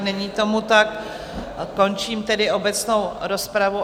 Není tomu tak, končím tedy obecnou rozprav.